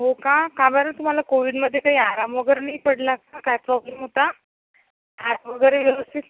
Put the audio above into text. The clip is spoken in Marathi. हो का का बरं तुम्हाला कोविडमध्ये काही आराम वगैरे नाही पडला का काय प्रॉब्लेम होता हात वगैरे व्यवस्थित